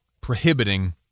prohibiting